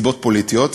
מסיבות פוליטיות,